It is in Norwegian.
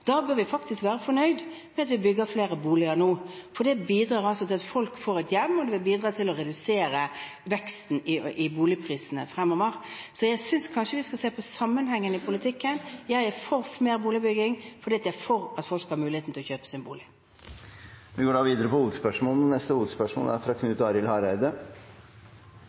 nå, for det bidrar altså til at folk får et hjem, og det vil bidra til å redusere veksten i boligprisene fremover. Så jeg synes kanskje vi skal se på sammenhengen i politikken. Jeg er for mer boligbygging fordi jeg er for at folk skal ha muligheten til å kjøpe sin bolig. Vi går til neste hovedspørsmål. USAs president, Donald Trump, har nyleg besøkt bl.a. Saudi-Arabia, G7-møtet og NATOs toppmøte. Presidentens utsegner undervegs har ei tydeleg adresse òg til heimepublikumet, noko som ikkje er